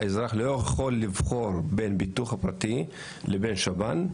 האזרח לא יכול לבחור בין ביטוח פרטי לבין שב"ן?